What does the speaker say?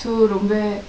so ரொம்ப:romba